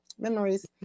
Memories